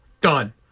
done